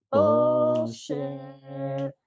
Bullshit